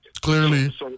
clearly